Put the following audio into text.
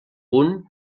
punt